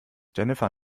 jennifer